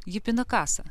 ji pina kasą